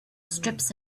strips